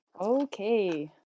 Okay